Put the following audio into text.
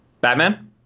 batman